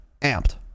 Amped